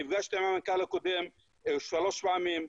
נפגשתי עם המנכ"ל הקודם שלוש פעמים,